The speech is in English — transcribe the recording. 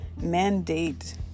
mandate